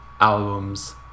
albums